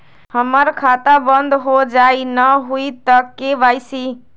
हमर खाता बंद होजाई न हुई त के.वाई.सी?